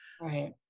Right